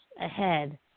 ahead